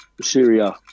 Syria